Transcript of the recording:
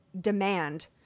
demand